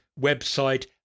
website